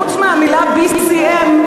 חוץ מהמילה BCM,